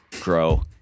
grow